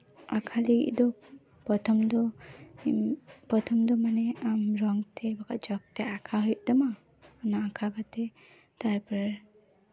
ᱟᱸᱠᱟᱣ ᱞᱟᱹᱜᱤᱫ ᱫᱚ ᱯᱨᱚᱛᱷᱚᱢ ᱫᱚ ᱯᱨᱚᱛᱷᱚᱢ ᱫᱚ ᱢᱟᱱᱮ ᱟᱢ ᱨᱚᱝᱛᱮ ᱵᱟᱠᱷᱟᱡ ᱪᱚᱠ ᱛᱮ ᱟᱸᱠᱟᱣ ᱦᱩᱭᱩᱜ ᱛᱟᱢᱟ ᱚᱱᱟ ᱟᱸᱠᱟᱣ ᱠᱟᱛᱮ ᱛᱟᱨᱯᱚᱨ